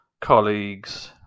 colleagues